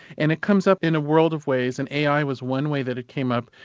and it comes up in a world of ways, and ai was one way that it came up,